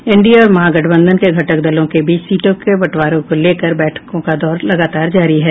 NDA और महागठबंधन के घटक दलों के बीच सीटों के बंटवारे को लेकर बैठकों का दौर लगातार जारी है